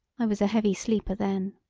i was a heavy sleeper then.